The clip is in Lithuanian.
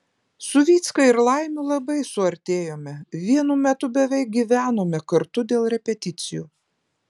su vycka ir laimiu labai suartėjome vienu metu beveik gyvenome kartu dėl repeticijų